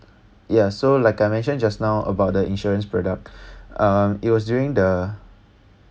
ya so I mentioned just now about the insurance product um it was during the